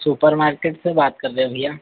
super market से बात कर रहे भैया